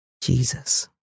Jesus